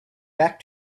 back